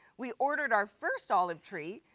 we ordered our first olive tree,